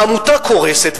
העמותה קורסת,